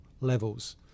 levels